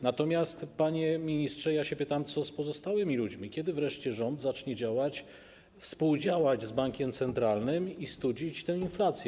Natomiast, panie ministrze, pytam się, co z pozostałymi ludźmi, kiedy wreszcie rząd zacznie działać, współdziałać z bankiem centralnym i studzić tę inflację.